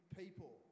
people